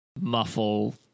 muffle